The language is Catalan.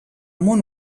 món